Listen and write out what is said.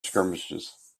skirmishes